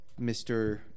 Mr